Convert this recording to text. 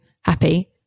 happy